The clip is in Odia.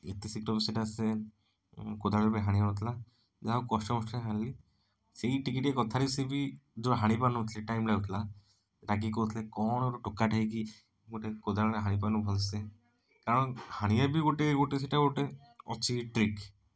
ଏତେ ଶୀଘ୍ର ସେଇଟା ସେ କୋଦାଳରେ ବି ହାଣି ହଉ ନଥିଲା ଯାହା ହଉ କଷ୍ଟେ ମଷ୍ଟେ ହାଣିଲି ସେଇ ଟିକେ ଟିକେ କଥାରେ ସିଏ ବି ଯେଉଁ ହାଣି ପାରୁ ନଥିଲି ଟାଇମ୍ ଲାଗୁଥିଲା ରାଗିକି କହୁଥିଲେ କ'ଣ ଟୋକା ଟେ ହେଇକି ଗୋଟେ କୋଦାଳ ରେ ହାଣି ପାରୁନୁ ଭଲସେ କାରଣ ହାଣିବା ବି ଗୋଟେ ଗୋଟେ ସେଇଟା ଗୋଟେ ଅଛି ଟ୍ରିକ୍